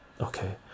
Okay